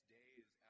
days